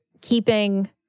keeping